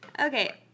Okay